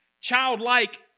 Childlike